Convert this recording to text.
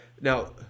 Now